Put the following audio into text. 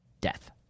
death